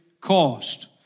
cost